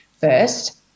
First